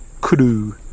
kudu